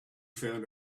found